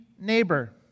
neighbor